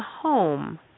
home